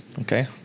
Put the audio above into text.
Okay